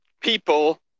people